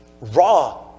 raw